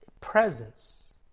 presence